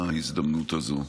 בהזדמנות הזו.